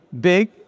big